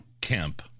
Kemp